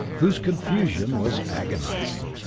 whose confusion was agonizing.